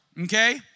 Okay